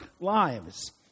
lives